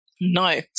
No